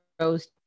rose